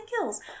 kills